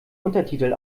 untertitel